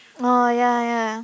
oh ya ya